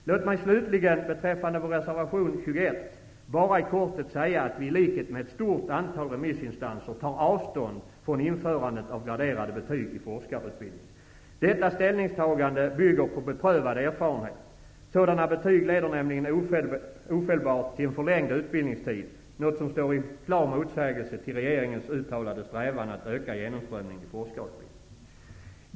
Låt mig slutligen beträffande vår reservation 21 bara i korthet säga att vi i likhet med ett stort antal remissinstanser tar avstånd från införandet av graderade betyg i forskarutbildningen. Detta ställningstagande bygger på beprövad erfarenhet. Sådana betyg leder nämligen ofelbart till en förlängd utbildningstid, något som står i klar motsägelse till regeringens uttalade strävan att öka genomströmningen i forskarutbildningen.